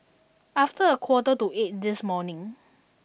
after a quarter to eight this morning